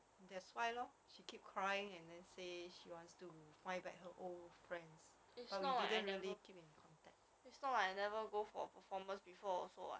that's why lor she keep crying and then say she wants to find back her old friends but we didn't really keep in contact